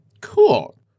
Cool